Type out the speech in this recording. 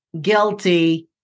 Guilty